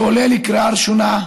שעולה בקריאה ראשונה,